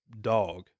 dog